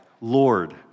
Lord